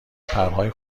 پرهای